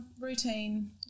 Routine